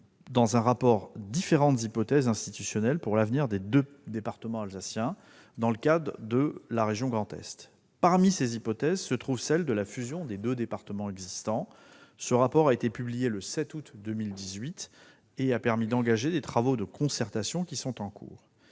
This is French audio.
dans un rapport différentes hypothèses institutionnelles pour l'avenir des deux départements alsaciens au sein de la région Grand Est. Parmi ces hypothèses, on trouve celle de la fusion des deux départements existants. Ce rapport a été publié le 7 août dernier et a permis d'engager des travaux de concertation qui sont en cours.